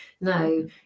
No